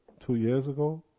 two years ago,